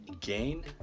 Gain